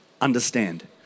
understand